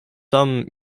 some